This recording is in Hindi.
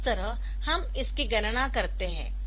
तो इस तरह हम इसकी गणना करते है